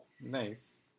Nice